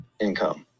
income